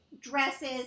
dresses